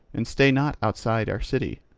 and stay not outside our city.